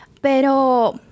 Pero